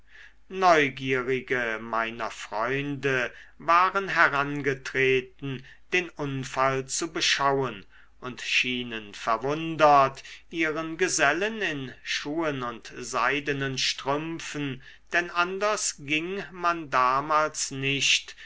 neugierige meiner freunde waren herangetreten den unfall zu beschauen und schienen verwundert ihren gesellen in schuhen und seidenen strümpfen denn anders ging man damals nicht